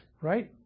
right